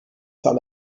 soll